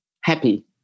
happy